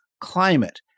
climate